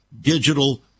digital